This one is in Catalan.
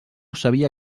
sabia